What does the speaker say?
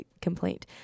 complaint